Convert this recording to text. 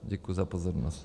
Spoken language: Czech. Děkuji za pozornost.